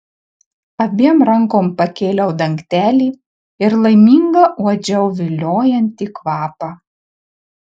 abiem rankom pakėliau dangtelį ir laiminga uodžiau viliojantį kvapą